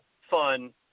fun